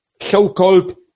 so-called